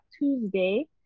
Tuesday